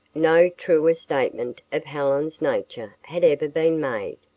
no truer statement of helen's nature had ever been made.